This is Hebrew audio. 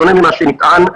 בשונה ממה שנטען,